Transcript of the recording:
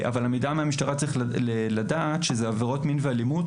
אבל לגבי המידע מהמשטרה צריך לדעת שמדובר בעבירות מין ואלימות